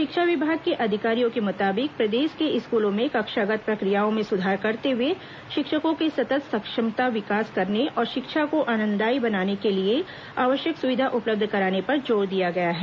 शिक्षा विभाग के अधिकारियों के मुताबिक प्रदेश के स्कूलों में कक्षागत प्रक्रियों में सुधार करते हुए शिक्षकों के सतत् क्षमता विकास करने और शिक्षा को आनन्ददायी बनाने के लिए आवश्यक सुविधा उपलब्ध कराने पर जोर दिया गया है